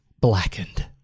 blackened